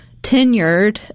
tenured